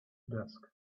desk